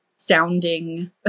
sounding